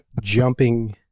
jumping